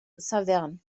saverne